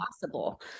possible